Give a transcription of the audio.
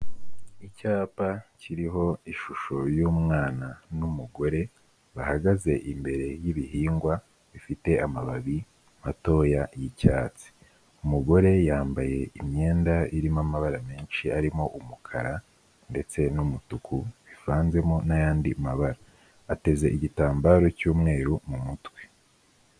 Icyapa kiriho ishusho y'umwana n'umugore bahagaze imbere y'ibihingwa bifite amababi matoya y'icyatsi, umugore yambaye imyenda irimo amabara menshi arimo umukara ndetse n'umutuku bivanzemo n'ayandi mabara, ateze igitambaro cy'umweru mu mutwe.